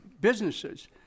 businesses